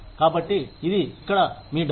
కాబట్టి ఇది ఇక్కడ మీ డబ్బు